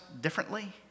differently